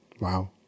Wow